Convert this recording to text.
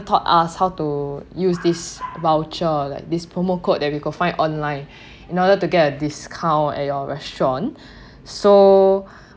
taught us how to use this voucher like this promo code that you could find online in order to get a discount at your restaurant so